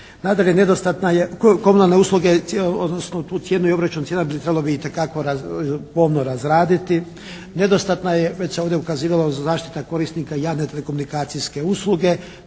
je. Komunalne usluge, odnosno u tu cijenu je obračunata i cijena trebalo bi itekako pomno razraditi, nedostatna je, već se ovdje ukazivalo zaštita korisnika javne telekomunikacijske usluge,